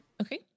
Okay